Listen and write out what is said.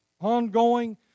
ongoing